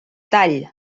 tall